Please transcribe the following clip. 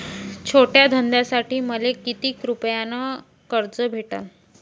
छोट्या धंद्यासाठी मले कितीक रुपयानं कर्ज भेटन?